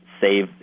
save